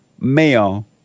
male